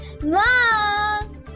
Mom